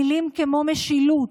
מילים כמו משילות,